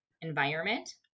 environment